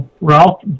Ralph